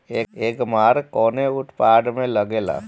एगमार्क कवने उत्पाद मैं लगेला?